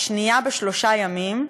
השנייה בשלושה ימים,